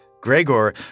Gregor